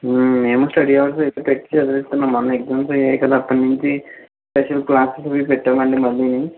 మేము study hours ఎక్కువ పెట్టి చదివిస్తున్నాము మొన్న ఎగ్జామ్స్ అయ్యాయి కదా అప్పటి నుంచి స్పెషల్ క్లాస్లు ఇవి పెట్టామండి మళ్ళీ